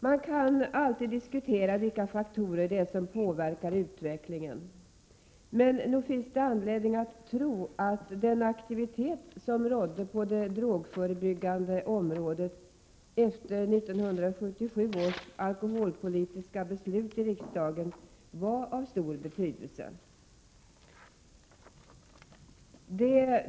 Man kan alltid diskutera vilka faktorer det är som påverkar utvecklingen, men nog finns det anledning att tro att den aktivitet som rådde på det drogförebyggande området efter 1977 års alkoholpolitiska beslut i riksdagen var av stor betydelse.